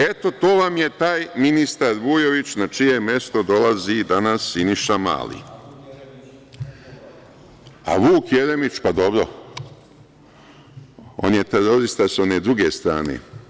Eto, to vam je taj ministar Vujović na čije mesto dolazi danas Siniša Mali. (Marijan Rističević: A Vuk Jeremić?) A Vuk Jeremić, pa dobro, on je terorista sa one druge strane.